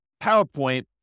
PowerPoint